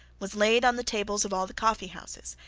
was laid on the tables of all the coffeehouses,